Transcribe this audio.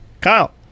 Kyle